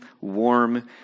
warm